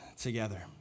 together